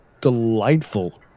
delightful